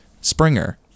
Springer